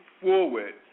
forward